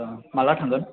माब्ला थांगोन